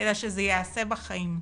אלא שזה ייעשה בחיים.